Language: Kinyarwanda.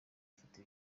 afite